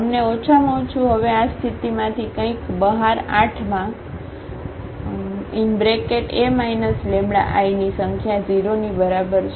અમને ઓછામાં ઓછું હવે આ સ્થિતિમાંથી કંઈક બહાર આઠમા A λI ની સંખ્યા 0 ની બરાબર છે